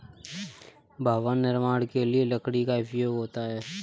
भवन निर्माण के लिए लकड़ी का उपयोग होता है